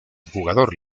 jugador